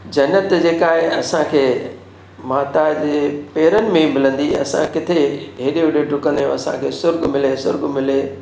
जनत जेका आहे असांखे माता जे पेरनि में ई मिलंदी असां किथे हेॾे होॾे ॾुकंदा आहियूं असांखे सुर्ॻु मिले सुर्ॻु मिले